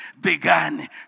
began